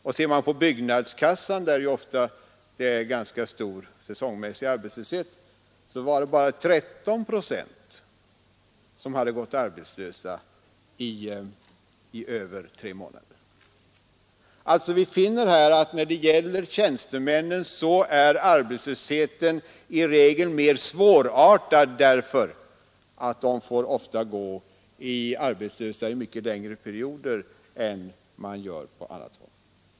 Om man ser på Byggnadskassan, där ganska stor säsongmässig arbetslöshet råder, finner man att endast 13 procent gått arbetslösa i över tre månader. Vi finner alltså här att arbetslösheten för tjänstemännen i regel är mer svårartad, därför att de ofta får gå arbetslösa mycket längre perioder än på andra håll.